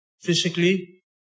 physically